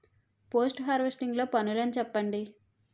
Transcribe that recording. Post harvesting లో పనులను చెప్పండి?